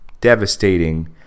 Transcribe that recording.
devastating